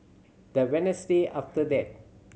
the Wednesday after that